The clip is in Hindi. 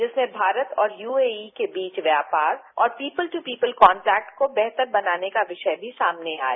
जिसमें भारत और यूएई के बीच व्यापार और पीपल द्र पीपल कानटेक्ट को बेहतर बनाने का विषय भी सामने आया